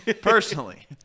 personally